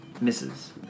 Misses